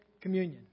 communion